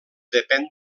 depèn